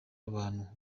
w’abantu